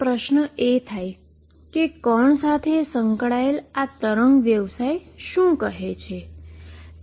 particle સાથે સંકળાયેલ આ પાર્ટીકલ વ્યવસાય શું કહે છે